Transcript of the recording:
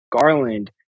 Garland